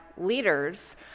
leaders